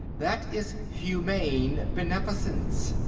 that is humane beneficence.